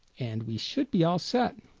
and we should be all set